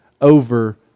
over